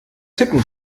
tippen